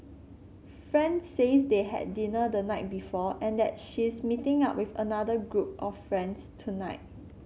friend says they had dinner the night before and that she's meeting up with another group of friends tonight